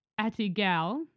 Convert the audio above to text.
Atigal